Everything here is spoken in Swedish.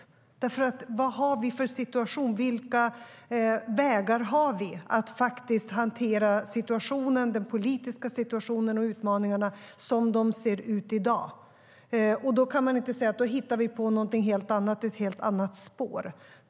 Vi måste nämligen titta på vilken situation vi har. Vilka vägar har vi för att hantera den politiska situationen och utmaningarna som de ser ut i dag? Då kan man inte säga att vi ska hitta på något helt annat, ett helt annat spår.